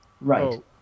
Right